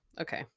okay